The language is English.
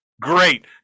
Great